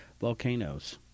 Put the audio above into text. volcanoes